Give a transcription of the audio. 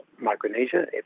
Micronesia